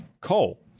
Coal